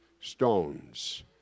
stones